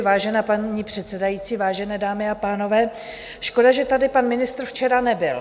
Vážená paní předsedající, vážené dámy a pánové, škoda, že tady pan ministr včera nebyl.